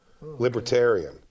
Libertarian